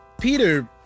Peter